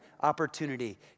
opportunity